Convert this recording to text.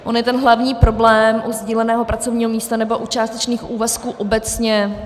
On je ten hlavní problém u sdíleného pracovního místa nebo u částečných úvazků obecně...